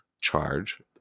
charge